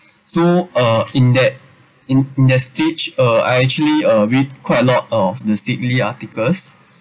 so uh in that in in that stage uh I actually uh read quite a lot of the stee~ articles